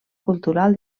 cultural